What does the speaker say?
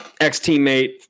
Ex-teammate